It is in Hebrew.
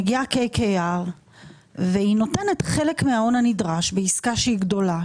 היא מגיעה והיא נותנת חלק מההון הנדרש בעסקה היא גדולה,